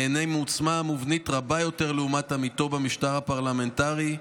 נהנה מעוצמה מובנית רבה יותר לעומת עמיתו במשטר הפרלמנטרי,